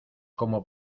como